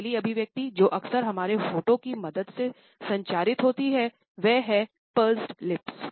पहली अभिव्यक्ति जो अक्सर हमारे होठों की मदद से संचारित होती है वह है पर्सी लिप्स